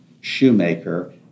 shoemaker